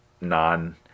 non